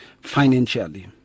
financially